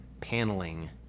paneling